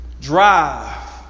drive